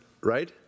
right